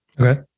Okay